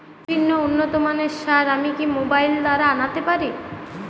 বিভিন্ন উন্নতমানের সার আমি কি মোবাইল দ্বারা আনাতে পারি?